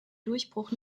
durchbruch